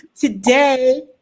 Today